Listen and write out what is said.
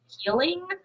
healing